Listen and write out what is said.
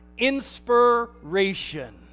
inspiration